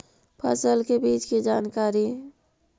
फसल के बीज की जानकारी?